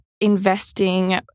investing